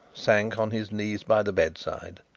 sank on his knees by the bedside,